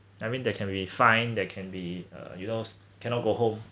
I mean that can be fined that can be uh you know cannot go home